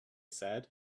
said